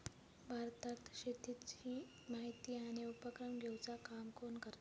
भारतात शेतीची माहिती आणि उपक्रम घेवचा काम कोण करता?